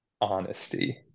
honesty